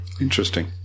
Interesting